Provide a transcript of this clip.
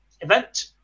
event